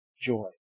joy